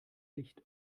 licht